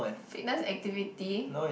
fitness activity